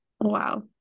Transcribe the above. Wow